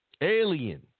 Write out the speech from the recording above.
Alien